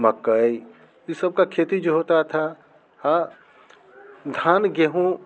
मकाई ये सब का खेती जो होता था ह धान गेहूँ